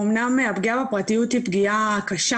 אומנם הפגיעה בפרטיות היא פגיעה קשה